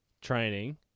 training